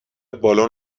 بالون